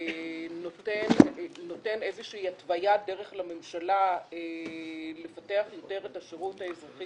שנותן איזה שהיא התוויית דרך לממשלה לפתח יותר את השירות האזרחי